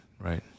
Right